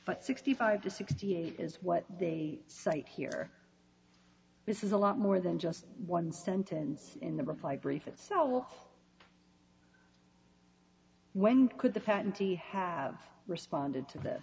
but sixty five to sixty eight is what they cite here this is a lot more than just one sentence in the reply brief itself when could the patentee have responded to th